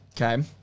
Okay